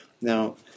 Now